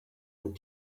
and